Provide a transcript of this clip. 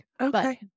okay